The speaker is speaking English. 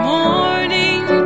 morning